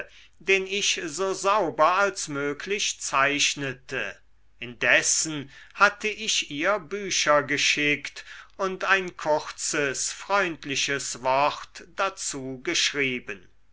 den ich so sauber als möglich zeichnete indessen hatte ich ihr bücher geschickt und ein kurzes freundliches wort dazu geschrieben